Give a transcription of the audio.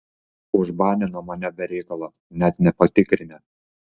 užbanino mane be reikalo net nepatikrinę